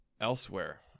elsewhere